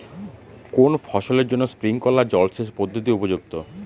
কোন ফসলের জন্য স্প্রিংকলার জলসেচ পদ্ধতি উপযুক্ত?